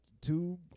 two